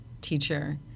teacher